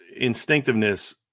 instinctiveness